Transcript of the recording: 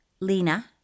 Lena